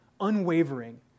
unwavering